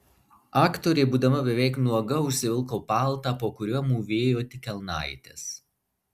aktorė būdama beveik nuoga užsivilko paltą po kuriuo mūvėjo tik kelnaites